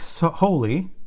holy